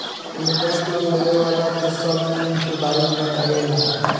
एमे bank loan लेवे वाला के सब नियम के बारे में बतावे ला